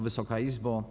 Wysoka Izbo!